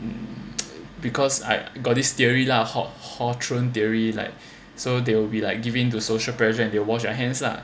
because I got this theory lah hawthorne theory like so they will be like give in to social pressure and they wash their hands lah